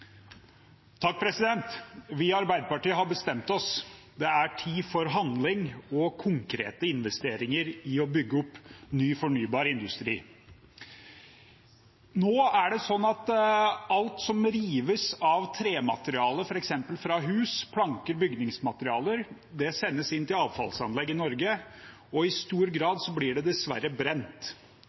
tid for handling og konkrete investeringer i å bygge opp ny fornybar industri. Nå er det sånn at alt som rives av tremateriale fra f.eks. hus – planker og bygningsmaterialer – sendes inn til avfallsanlegg i Norge, og i stor grad blir det dessverre brent.